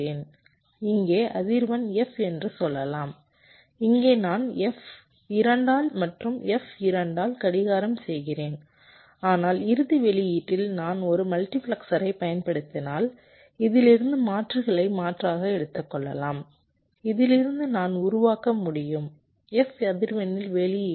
இங்கே அதிர்வெண் F என்று சொல்லலாம் இங்கே நான் f 2 ஆல் மற்றும் f 2 ஆல் கடிகாரம் செய்கிறேன் ஆனால் இறுதி வெளியீட்டில் நான் ஒரு மல்டிபிளெக்சரைப் பயன்படுத்தினால் இதிலிருந்து மாற்றுகளை மாற்றாக எடுத்துக்கொள்ளலாம் இதிலிருந்து நான் உருவாக்க முடியும் f அதிர்வெண்ணில் வெளியீடு